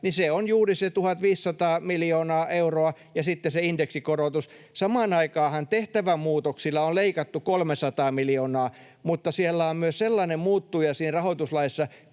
niin se on juuri se 1 500 miljoonaa euroa ja sitten se indeksikorotus. Samaan aikaanhan tehtävämuutoksilla on leikattu 300 miljoonaa. Mutta siellä on myös sellainen muuttuja siinä rahoituslaissa